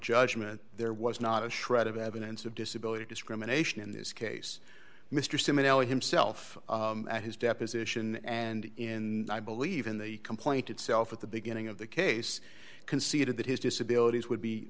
judgment there was not a shred of evidence of disability discrimination in this case mr simoneau himself at his deposition and in i believe in the complaint itself at the beginning of the case conceded that his disability would be